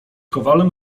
kowalem